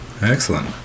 Excellent